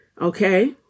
Okay